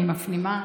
אני מפנימה,